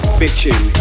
bitching